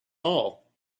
all